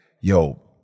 yo